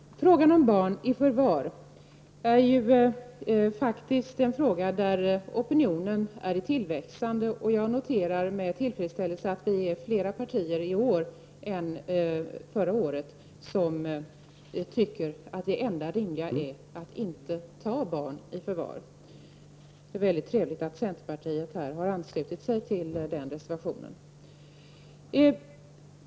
Herr talman! Frågan om barn i förvar är ju faktiskt en fråga där opinionen växer. Jag noterar med tillfredsställelse att vi är fler partier i år än förra året som tycker att det enda rimliga är att inte ta barn i förvar. Det är mycket trevligt att centern har anslutit sig till reservationen i ärendet.